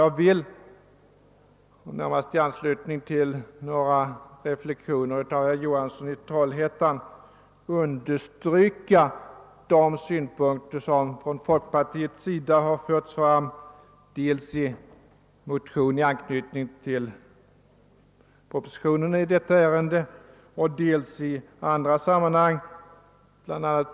Jag vill närmast i anslutning till några reflexioner av herr Johansson i Trollhättan understryka de synpunkter som folkpartiet fört fram dels i en motion i anslutning till föreliggande proposition, dels i andra sammanhang — bl.a.